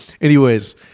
Anyways-